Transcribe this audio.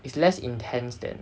it's less intense than